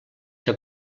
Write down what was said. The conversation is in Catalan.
que